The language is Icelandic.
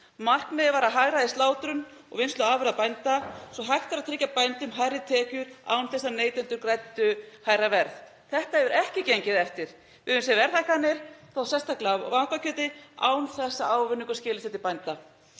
Markmiðið var að hagræða í slátrun og vinnslu afurða frá bændum svo hægt væri að tryggja bændum hærri tekjur án þess að neytendur greiddu hærra verð. Þetta hefur ekki gengið eftir. Við höfum séð verðhækkanir, þá sérstaklega á lambakjöti, án þess að ávinningur skili sér til bænda.